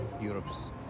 Europe's